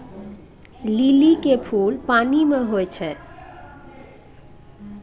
लिली के फुल पानि मे होई छै